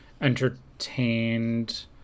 entertained